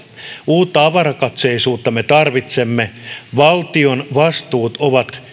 uutta avarakatseisuutta me tarvitsemme valtion vastuut ovat